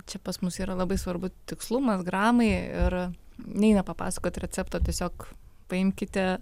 čia pas mus yra labai svarbu tikslumas gramai ir neina papasakot recepto tiesiog paimkite